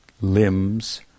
limbs